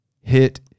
hit